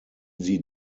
sie